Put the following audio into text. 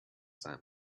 sand